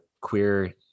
queer